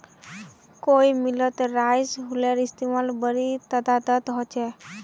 कई मिलत राइस हुलरेर इस्तेमाल बड़ी तदादत ह छे